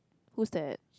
who's that